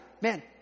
man